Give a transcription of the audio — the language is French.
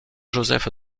joseph